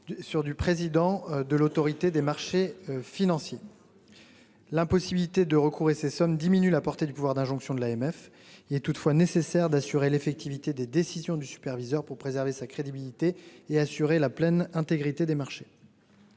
sur du président de l'Autorité des marchés financiers. L'impossibilité de recouvrer ses sommes diminue la portée du pouvoir d'injonction de l'AMF. Il est toutefois nécessaire d'assurer l'effectivité des décisions du superviseur pour préserver sa crédibilité et assurer la pleine intégrité des marchés.